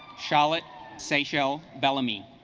charlotte seychelle bellamy